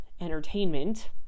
entertainment